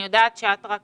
אני יודעת שאת רק